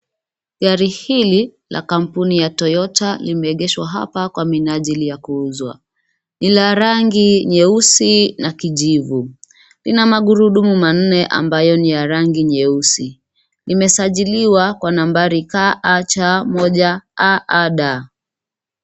Gari hili la kampuni ya Toyota limeegeshwa hapa kwa minajili ya kuuzwa. Ni la rangi nyeusi na kijivu. Lina magurudumu manne ambayo ni ya rangi nyeusi. Limesajiliwa kwa nambari KAC 1AA D .